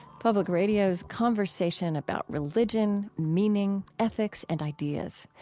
public radio's conversation about religion, meaning, ethics, and ideas.